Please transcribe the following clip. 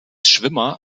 schwimmer